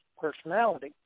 personality